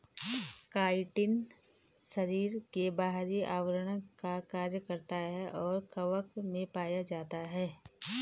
chitin शरीर के बाहरी आवरण का कार्य करता है और कवक में पाया जाता है